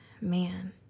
man